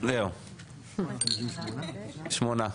שמונה.